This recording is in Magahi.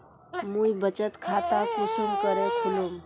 मुई बचत खता कुंसम करे खोलुम?